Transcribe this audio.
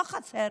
לא חסר,